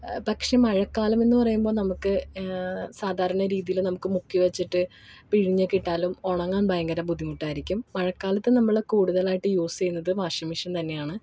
പക്ഷെ മഴക്കാലമെന്ന് പറയുമ്പോൾ നമുക്ക് സാധാരണ രീതിയിൽ നമുക്ക് മുക്കി വച്ചിട്ട് പിഴിഞ്ഞൊക്കെ ഇട്ടാലും ഉണങ്ങാൻ ഭയങ്കര ബുദ്ധിമുട്ടായിരിക്കും മഴക്കാലത്ത് നമ്മൾ കൂടുതലായിട്ട് യൂസ് ചെയ്യുന്നത് വാഷിംഗ് മിഷൻ തന്നെയാണ്